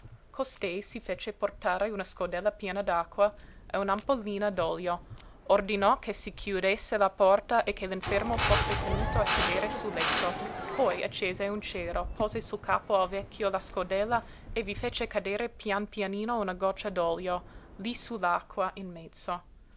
costei si fece portare una scodella piena d'acqua e un'ampollina d'olio ordinò che si chiudesse la porta e che l'infermo fosse tenuto a sedere sul letto poi accese un cero pose sul capo al vecchio la scodella e vi fece cadere pian pianino una goccia d'olio lí sull'acqua in mezzo